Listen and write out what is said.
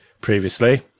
previously